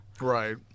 Right